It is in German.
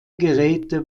geräte